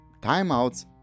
timeouts